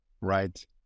right